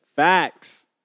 Facts